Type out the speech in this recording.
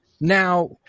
now